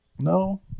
No